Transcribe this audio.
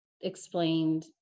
explained